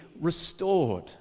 restored